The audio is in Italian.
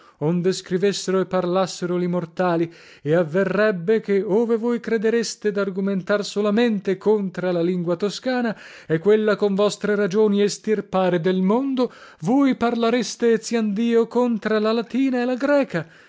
onde scrivessero e parlassero li mortali e avverrebbe che ove voi credereste dargumentar solamente contra la lingua toscana e quella con vostre ragioni estirpare del mondo voi parlareste eziandio contra la latina e la greca